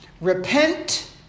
Repent